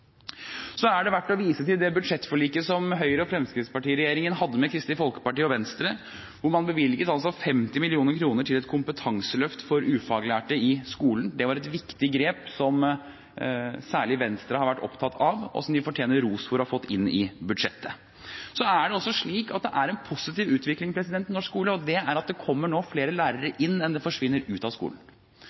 Så er det verdt å vise til det budsjettforliket som Høyre–Fremskrittsparti-regjeringen hadde med Kristelig Folkeparti og Venstre, hvor man bevilget 50 mill. kr til et kompetanseløft for ufaglærte i skolen. Det var et viktig grep som særlig Venstre har vært opptatt av, og som de fortjener ros for å ha fått inn i budsjettet. Så er det også slik at det er en positiv utvikling i norsk skole ved at det nå kommer flere lærere inn enn det forsvinner ut av skolen.